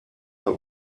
that